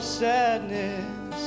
sadness